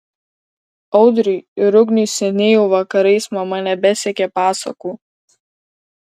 audriui ir ugniui seniai jau vakarais mama nebesekė pasakų